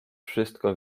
wszystko